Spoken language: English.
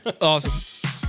Awesome